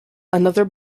another